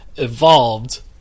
evolved